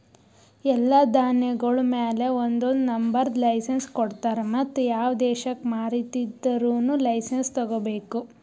ಎಲ್ಲಾ ಧಾನ್ಯಗೊಳ್ ಮ್ಯಾಲ ಒಂದೊಂದು ನಂಬರದ್ ಲೈಸೆನ್ಸ್ ಕೊಡ್ತಾರ್ ಮತ್ತ ಯಾವ ದೇಶಕ್ ಮಾರಾದಿದ್ದರೂನು ಲೈಸೆನ್ಸ್ ತೋಗೊಬೇಕು